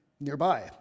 Nearby